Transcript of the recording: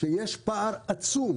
שיש פער עצום